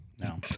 No